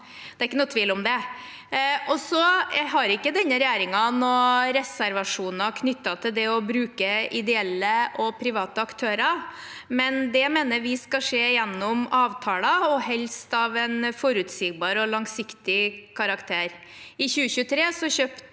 det er ikke noen tvil om det. Denne regjeringen har ikke noen reservasjoner knyttet til det å bruke ideelle og private aktører, men det mener vi skal skje gjennom avtaler, og helst av en forutsigbar og langsiktig karakter. I 2023 kjøpte